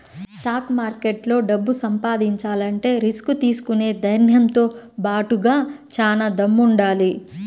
stock మార్కెట్లో డబ్బు సంపాదించాలంటే రిస్క్ తీసుకునే ధైర్నంతో బాటుగా చానా దమ్ముండాలి